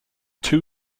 too